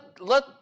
let